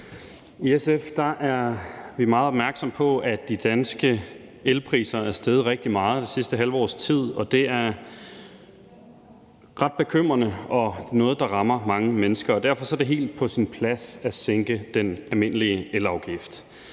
I SF er vi meget opmærksomme på, at de danske elpriser er steget rigtig meget det sidste halve års tid, og det er ret bekymrende, og det er noget, der rammer mange mennesker. Derfor er det helt på sin plads at sænke den almindelige elafgift.